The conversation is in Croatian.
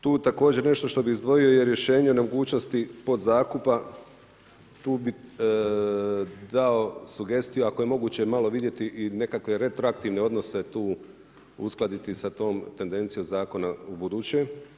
Tu također, nešto što bi izdvojio, jer rješenje o nemogućnost podzakupa, tu bi dao sugestiju, ako je moguće malo vidjeti nekakve i retroaktivne odnose i tu uskladiti sa tom tendencijom zakona ubuduće.